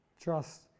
trust